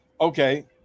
Okay